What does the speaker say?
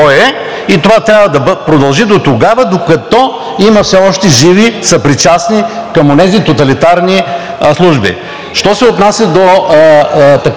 и това трябва да продължи дотогава, докато има все още живи, съпричастни към онези тоталитарни служби. Що се отнася до